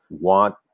want